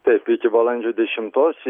taip iki balandžio dešimtos